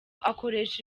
akoresha